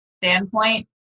standpoint